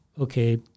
okay